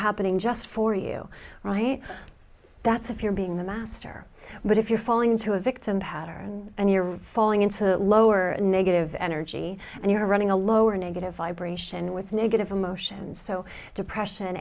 happening just for you right that's if you're being the master but if you're falling into a victim pattern and you're falling into that lower negative energy and you're running a lower negative vibration with negative emotions so depression